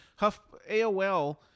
AOL